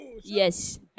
Yes